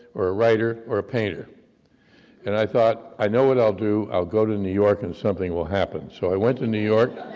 or a writer, or a painter and thought, i know what i'll do, i'll go to new york and something will happen. so i went to new york,